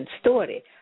story